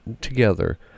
together